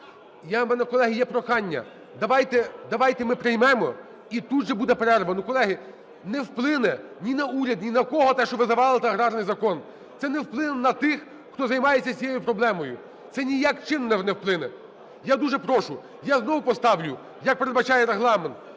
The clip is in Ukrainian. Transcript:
У мене, колеги, є прохання: давайте ми приймемо - і тут же буде перерва. Ну, колеги, не вплине ні на уряд, ні на кого те, що ви завалите аграрний закон. Це не вплине на тих, хто займається цією проблемою, це ніяким чином не вплине. Я дуже прошу. Я знову поставлю, як передбачає Регламент,